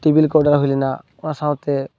table ᱠᱚ order ᱦᱩᱭ ᱞᱮᱱᱟ ᱚᱱᱟ ᱥᱟᱶᱛᱮ